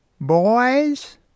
Boys